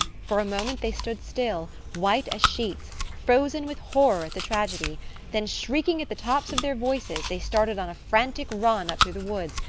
for a moment they stood still, white as sheets, frozen with horror at the tragedy then, shrieking at the tops of their voices, they started on a frantic run up through the woods,